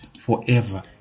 forever